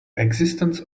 existence